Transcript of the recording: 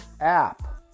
app